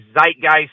zeitgeist